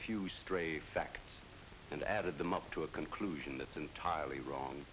few stray facts and added them up to a conclusion that's entirely wrong